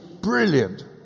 Brilliant